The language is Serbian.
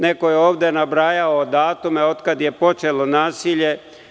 Neko je ovde nabrajao datume od kad je počelo nasilje.